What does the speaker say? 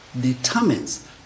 Determines